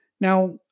Now